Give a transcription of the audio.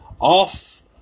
off